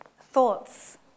thoughts